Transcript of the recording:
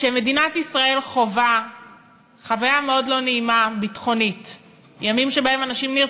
כשמדינת ישראל חווה חוויה ביטחונית מאוד לא נעימה,